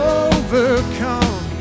overcome